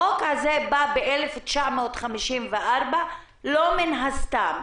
החוק הזה בא ב-1954 לא סתם,